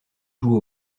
joue